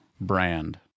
brand